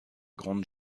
grande